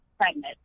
pregnant